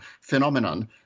phenomenon